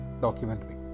documentary